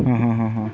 हां हां हां हां